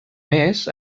més